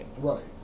Right